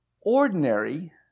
ordinary